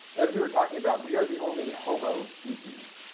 as we were talking about, we are the only homo species.